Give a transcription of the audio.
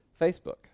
Facebook